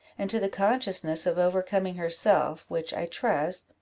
and to the consciousness of overcoming herself, which, i trust,